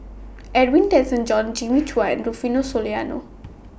Edwin Tessensohn Jimmy Chua Rufino Soliano